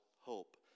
hope